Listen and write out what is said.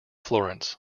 florence